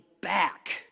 back